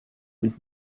mit